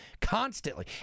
Constantly